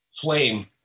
flame